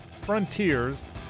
frontiers